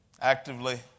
actively